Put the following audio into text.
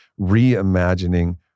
reimagining